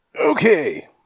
Okay